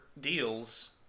deals